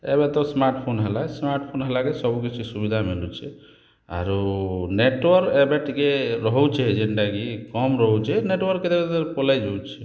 ଏବେ ତ smart phone ହେଲା ସ୍ମାର୍ଟ ଫୋନ୍ ହେଲାକେ ସବୁକିଛି ସୁବିଧା ମିଳୁଛି ଆରୁ ନେଟୱାର୍କ୍ ଏବେ ଟିକିଏ ରହୁଛେ ଯେନ୍ତାକି କମ୍ ରହୁଛେ ନେଟୱାର୍କରେ କେତେ କେତେବେଲେ ପଲାଇ ଯାଉଛେ